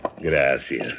Gracias